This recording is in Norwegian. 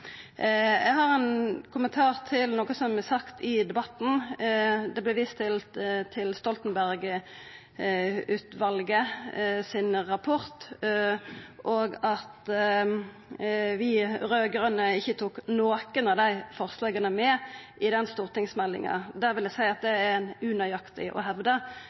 Eg har ein kommentar til noko som er sagt i debatten. Det blei vist til rapporten frå Stoltenberg-utvalet, og at vi raud-grøne ikkje tok nokon av dei forslaga med i den stortingsmeldinga. Da vil eg seia at det er det unøyaktig å